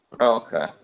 Okay